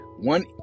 one